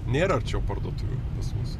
nėra arčiau parduotuvių pas mus